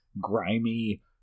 grimy